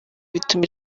bituma